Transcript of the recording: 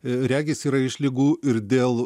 regis yra išlygų ir dėl